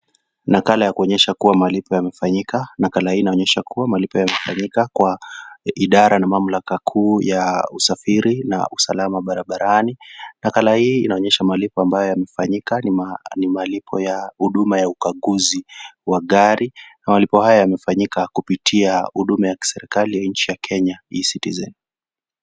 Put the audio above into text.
Nakala ya kuonyesha kuwa malipo yamefanyika nakala hii inaonyesha kuwa malipo yamefanyika kwa idara na mamlaka kuu ya usafiri na usalama barabarani nakala hii inaonyesha malipo ambao yamefanyika ni malipo ya huduma ya ukaguzi wa gari na malipo haya yamefanyika kupitia huduma ya kiserikali ya nchi ya Kenya eCitizen.